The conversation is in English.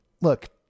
Look